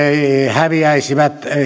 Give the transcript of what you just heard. häviäisivät